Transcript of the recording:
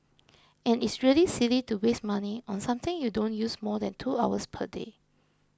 and it's really silly to waste money on something you don't use more than two hours per day